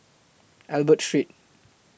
Albert Street